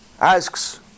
asks